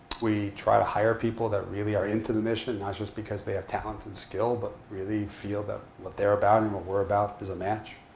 we try to hire people that really are into the mission, not just because they have talent and skill, but really feel that what they're about and what we're about is a match.